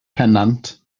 pennant